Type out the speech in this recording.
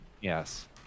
Yes